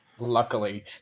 Luckily